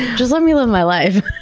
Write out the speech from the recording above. just let me live my life.